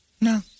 no